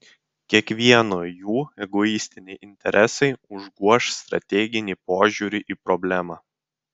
kiekvieno jų egoistiniai interesai užgoš strateginį požiūrį į problemą